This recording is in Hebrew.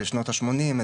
בשנות השמונים,